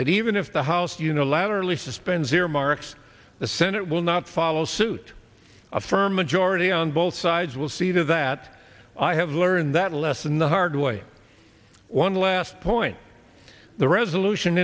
that even if the house unilaterally suspends earmarks the senate will not follow suit affirm and jordi on both sides will see to that i have learned that lesson the hard way one last point the resolution